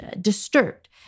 disturbed